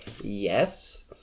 Yes